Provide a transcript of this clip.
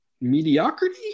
mediocrity